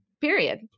period